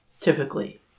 Typically